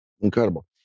Incredible